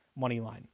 Moneyline